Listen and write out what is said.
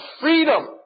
freedom